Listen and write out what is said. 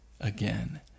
again